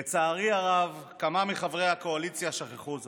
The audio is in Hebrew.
לצערי הרב, כמה מחברי הקואליציה שכחו זאת,